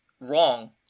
wrong